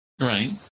Right